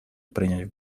принять